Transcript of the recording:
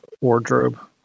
wardrobe